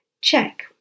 Check